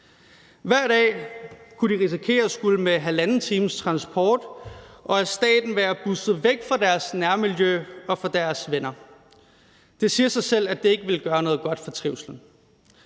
Hver dag kunne de risikere at skulle med halvanden times transport og af staten blive busset væk fra deres nærmiljø og fra deres venner. Det siger sig selv, at det ikke vil gøre noget godt for trivslen.